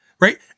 Right